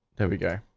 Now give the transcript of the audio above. there we go,